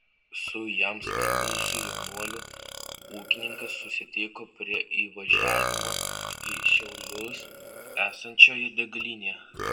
su jam skambinusiu jaunuoliu ūkininkas susitiko prie įvažiavimo į šiaulius esančioje degalinėje